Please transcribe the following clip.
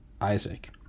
Isaac